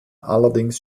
allerdings